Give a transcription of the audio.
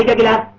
and get up.